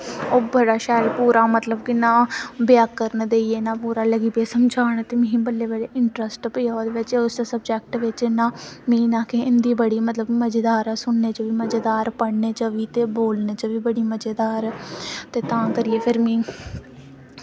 ओह् बड़ा शैल पूरा मतलब कि ना व्याकरण देइयै पूरा लग्गी परे समझान ते बल्लें इंटरस्ट पेआ उस सब्जेक्ट बिच इंया की हिंदी बड़ी मज़ेदार ऐ सुनने च ते मज़ेदार पढ़ने च बी ते बोलने च बी बड़ी मज़ेदार ऐ ते तां करियै गर्मी